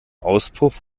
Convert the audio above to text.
auspuff